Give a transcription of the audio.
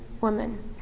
woman